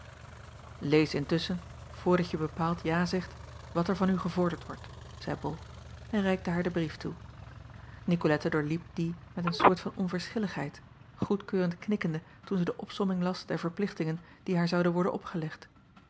ees intusschen voordat je bepaald ja zegt wat er van u gevorderd wordt zeî ol en reikte haar den brief toe icolette doorliep dien met een soort van onverschilligheid goedkeurend knikkende toen zij de opsomming las der verplichtingen die haar zouden worden opgelegd